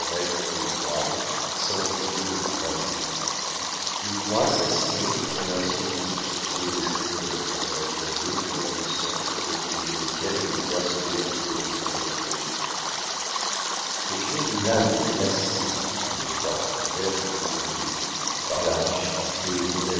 et froide sans rideaux aux croisées tous trois s'assirent dans la seconde où se tenait l'escompteur devant un foyer plein de cendres au milieu desquelles le bois se défendait contre le feu popinot eut l'âme glacée par les cartons verts de l'usurier par la rigidité